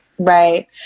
Right